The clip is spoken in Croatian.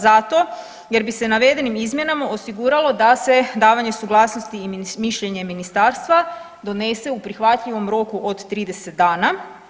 Zato jer bi se navedenim izmjenama osiguralo da se davanje suglasnosti i mišljenje ministarstva donese u prihvatljivom roku od 30 dana.